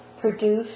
produce